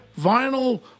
Vinyl